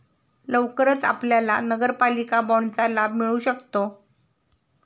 लवकरच आपल्याला नगरपालिका बाँडचा लाभ मिळू शकतो